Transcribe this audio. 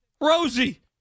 Rosie